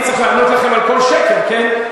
אני צריך לענות לכם על כל שקר, כן?